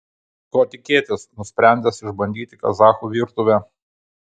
ko tikėtis nusprendęs išbandyti kazachų virtuvę